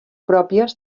pròpies